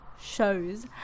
shows